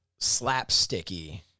slapsticky